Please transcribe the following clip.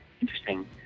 interesting